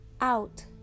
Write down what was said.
out